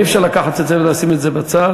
אי-אפשר לקחת את זה ולשים את זה בצד.